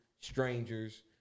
strangers